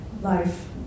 life